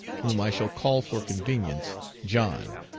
whom i shall call for convenience john,